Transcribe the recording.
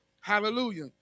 Hallelujah